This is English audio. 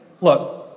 look